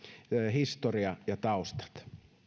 historia ja taustat